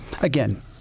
again